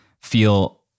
feel